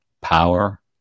power